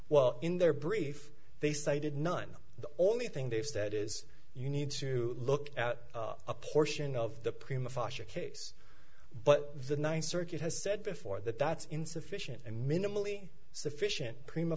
well in their brief they cited none the only thing they've said is you need to look at a portion of the prima fascia case but the ninth circuit has said before that that's insufficient and minimally sufficient prima